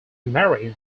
married